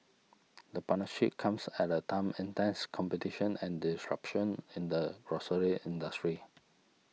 the partnership comes at a time intense competition and disruption in the grocery industry